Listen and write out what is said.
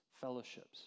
fellowships